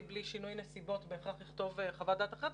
בלי שינוי נסיבות בהכרח יכתוב חוות דעת אחרת,